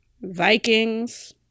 Vikings